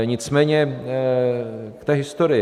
Nicméně k historii.